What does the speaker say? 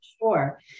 Sure